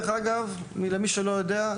למי שלא יודע,